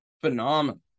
phenomenal